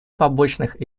побочных